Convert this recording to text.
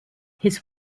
his